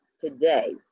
today